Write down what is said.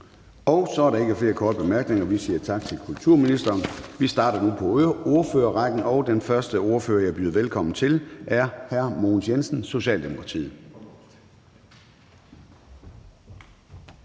Så er der ikke flere korte bemærkninger. Vi siger tak til kulturministeren. Vi starter nu på ordførerrækken, og den første ordfører, jeg byder velkommen til, er hr. Mogens Jensen, Socialdemokratiet.